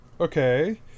Okay